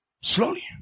Slowly